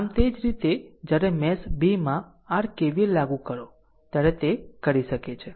આમ તે જ રીતે જ્યારે મેશ 2 માં r k KVL લાગુ કરો ત્યારે તે કરી શકે છે